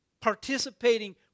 participating